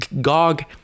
GOG